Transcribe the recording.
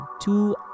two